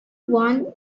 won